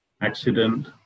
accident